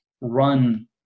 run